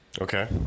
Okay